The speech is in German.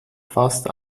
fast